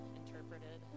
interpreted